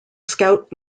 scout